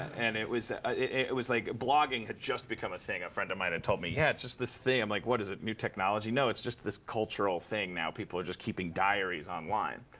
and it was it was like, blogging had just become a thing. a friend of mine had told me, yeah, it's just this thing. i'm like, what is it, new technology? no it's just this cultural thing, now. people are just keeping diaries online.